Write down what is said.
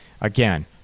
Again